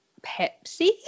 Pepsi